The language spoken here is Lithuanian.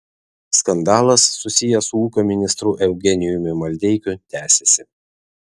skandalas susijęs su ūkio ministru eugenijumi maldeikiu tęsiasi